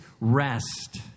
rest